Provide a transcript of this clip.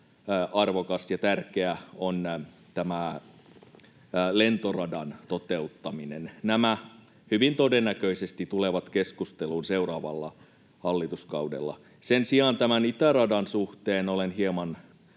arvokas ja tärkeä on tämä lentoradan toteuttaminen. Nämä hyvin todennäköisesti tulevat keskusteluun seuraavalla hallituskaudella. Sen sijaan tämän itäradan suhteen olen hieman